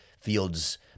Fields